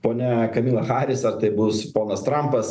ponia kamila haris ar tai bus ponas trampas